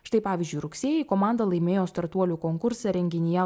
štai pavyzdžiui rugsėjį komanda laimėjo startuolių konkurse renginyje